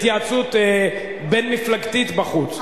התייעצות בין-מפלגתית בחוץ.